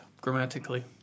grammatically